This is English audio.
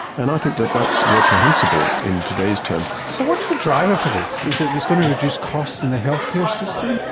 and i think that that's reprehensible in today's terms. so what's the driver for this? is this going to reduce costs in the healthcare system?